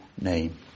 name